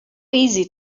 easy